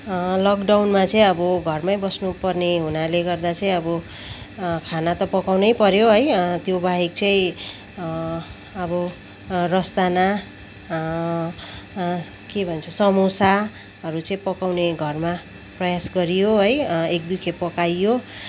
लकडाउनमा चाहिँ अब घरमै बस्नु पर्ने हुनाले गर्दा चाहिँ अब खाना त पकाउनै पऱ्यो है त्यो बाहेक चाहिँ अब रसदाना के भन्छ समोसाहरू चाहिँ पकाउने घरमा प्रयास गरियो है एक दुई खेप पकाइयो